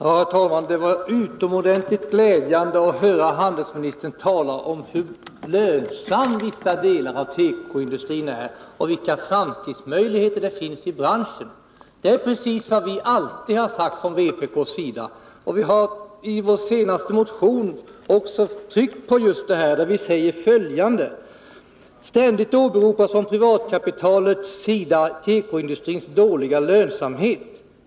Herr talman! Det var utomordentligt glädjande att höra handelsministern tala om hur lönsam vissa delar av tekoindustrin är och vilka framtidsmöjligheter det finns i branschen. Det är precis vad vi från vpk:s sida alltid har sagt. Vi har i vår senaste motion om tekopolitiken också tryckt på just detta. Vi säger där följande: ”Ständigt åberopas från privatkapitalet och myndigheterna tekoindustrins ”dåliga lönsamhet”.